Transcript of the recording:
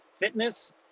fitness